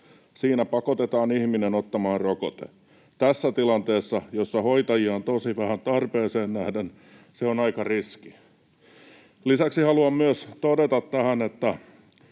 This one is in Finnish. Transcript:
Siinä pakotetaan ihminen ottamaan rokote. Tässä tilanteessa, jossa hoitajia on tosi vähän tarpeeseen nähden, se on aika riski.” Lisäksi haluan myös todeta tähän, että